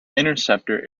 interceptor